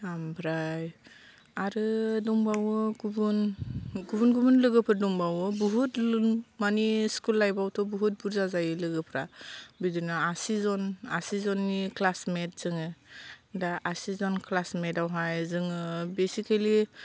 आमफ्राय आरो दंबावो गुबुन गुबुन लोगोफोर दंबावो बहुद मानि स्कुल लाइफआवथ' बहुद बुरजा जायो लोगोफ्रा बिदिनो आसि जन आसि जननि क्लासमेट जोङो दा आसि जन क्लासमेटआवहाय जोङो बेसिकेलि